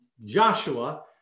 Joshua